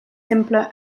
simpler